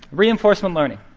reinforcement learning